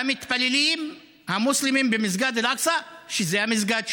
במתפללים המוסלמים במסגד אל-אקצא, שזה המסגד שלהם.